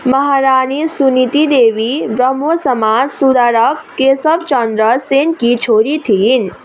महारानी सुनिती देवी ब्रह्मो समाज सुधारक केशवचन्द्र सेनकी छोरी थिइन्